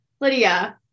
Lydia